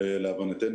גדולה.